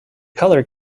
color